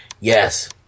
yes